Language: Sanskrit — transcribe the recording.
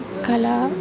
कला